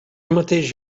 mateix